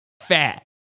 fat